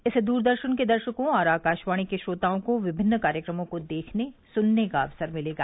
इससे द्रदर्शन के दर्शको और आकाशवाणी के श्रोताओं को विभिन्न कार्यक्रमों को देखने सुनने का अवसर मिलेगा